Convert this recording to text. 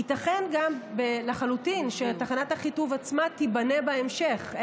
ייתכן גם לחלוטין, שתחנת אחיטוב עצמה תיבנה בהמשך.